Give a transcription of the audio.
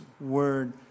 Word